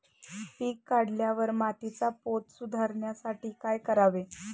पीक काढल्यावर मातीचा पोत सुधारण्यासाठी काय करावे?